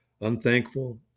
unthankful